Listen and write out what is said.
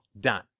done